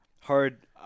hard